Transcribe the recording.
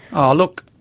oh look,